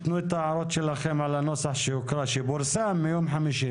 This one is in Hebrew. תנו את ההערות שלכם על הנוסח שפורסם ביום חמישי.